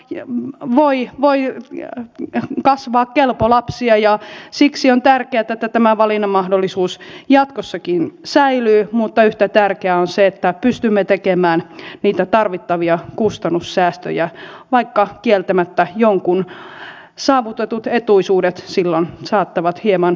joka muodolla voi kasvaa kelpo lapsia ja siksi on tärkeätä että tämä valinnan mahdollisuus jatkossakin säilyy mutta yhtä tärkeää on se että pystymme tekemään niitä tarvittavia kustannussäästöjä vaikka kieltämättä jonkun saavutetut etuisuudet silloin saattavat hieman murentua